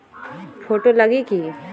Photo लगी कि?